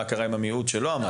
מה קרה עם המיעוט שלא עמד?